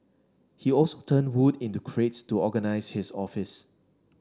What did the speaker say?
he turned hood into crates to organise his office